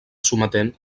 sometent